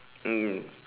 mm